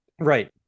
Right